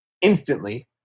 instantly